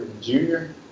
junior